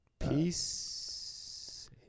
Peace